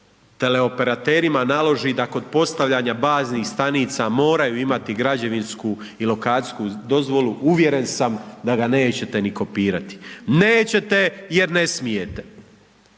teleoperaterima naloži da kod postavljanja baznih stanica moraju imati građevinsku i lokacijsku dozvolu uvjeren sam da ga nećete ni kopirati. Nećete jer ne smijete.